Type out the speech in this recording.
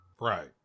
Right